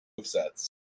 movesets